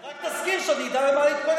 רק תזכיר, שאני אדע למה להתכונן.